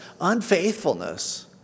unfaithfulness